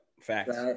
Facts